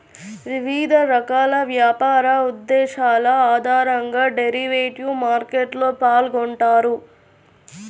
వివిధ రకాల వ్యాపార ఉద్దేశాల ఆధారంగా డెరివేటివ్ మార్కెట్లో పాల్గొంటారు